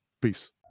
Peace